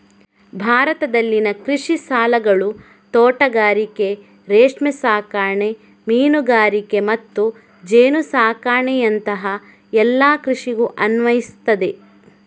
ಭಾರತದಲ್ಲಿನ ಕೃಷಿ ಸಾಲಗಳು ತೋಟಗಾರಿಕೆ, ರೇಷ್ಮೆ ಸಾಕಣೆ, ಮೀನುಗಾರಿಕೆ ಮತ್ತು ಜೇನು ಸಾಕಣೆಯಂತಹ ಎಲ್ಲ ಕೃಷಿಗೂ ಅನ್ವಯಿಸ್ತದೆ